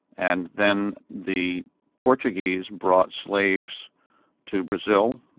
and then the portuguese brought slaves to brazil,